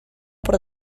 por